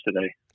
today